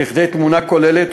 לתמונה כוללת,